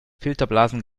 filterblasen